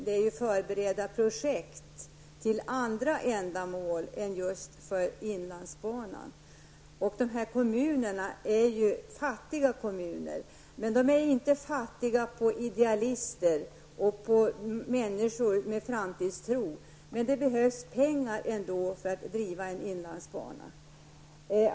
Det finns förberedda projekt för andra ändamål än just för inlandsbanan. De berörda kommunerna är ju fattiga kommuner, men de är inte fattiga på idealister, på människor med framtidstro. Men det behövs ändå pengar för att driva en inlandsbana.